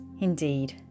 Indeed